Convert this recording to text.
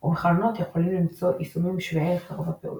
ומחלונות יכולים למצוא יישומים שווי ערך לרוב הפעולות.